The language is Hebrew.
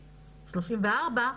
34,